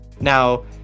Now